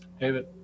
David